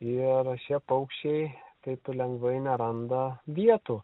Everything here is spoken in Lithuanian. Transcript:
ir šie paukščiai taip lengvai neranda vietų